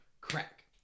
crack